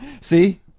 See